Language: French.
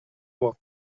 mois